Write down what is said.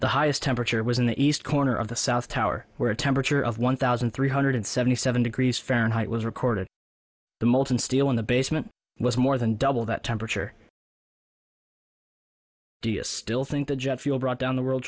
the highest temperature was in the east corner of the south tower where a temperature of one thousand three hundred seventy seven degrees fahrenheit was recorded the molten steel in the basement was more than double that temperature dia still think the jet fuel brought down the world